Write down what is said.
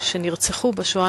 שנרצחו בשואה.